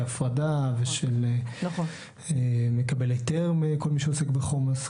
הפרדה ושל מקבל היתר מכל מי שעוסק בחומ"ס.